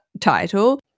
title